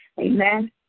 Amen